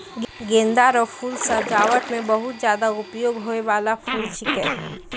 गेंदा रो फूल सजाबट मे बहुत ज्यादा उपयोग होय बाला फूल छिकै